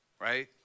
right